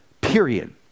period